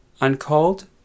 Uncalled